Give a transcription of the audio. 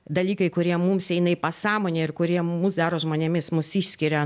dalykai kurie mums eina į pasąmonę ir kurie mus daro žmonėmis mus išskiria